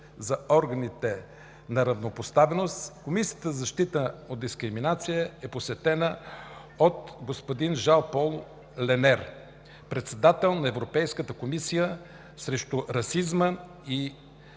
на органите за равнопоставеност Комисията за защита от дискриминация е посетена от господин Жан-Пол Ленер, председател на Европейската комисия срещу расизма и